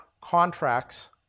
contracts